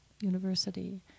University